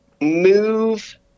move